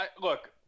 Look